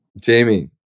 Jamie